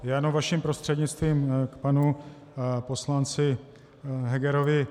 Jenom vaším prostřednictvím k panu poslanci Hegerovi.